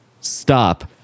stop